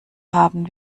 haben